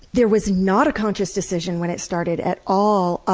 there was not a conscious decision when it started at all.